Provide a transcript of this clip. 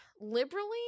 Liberally